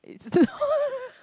it's